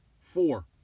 Four